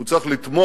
הוא צריך לתמוך